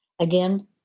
Again